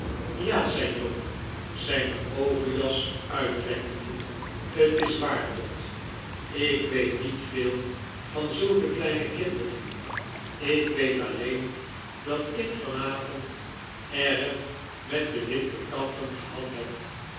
ja zei john zijne overjas uditarekkende t is waar dot ik weet niet veel van zulke kledne kinderen ik weet alleen dat ik van avond erg met deal wind te kampem gehad heb